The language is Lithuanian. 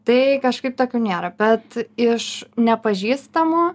tai kažkaip tokių nėra bet iš nepažįstamų